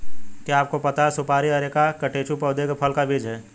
क्या आपको पता है सुपारी अरेका कटेचु पौधे के फल का बीज है?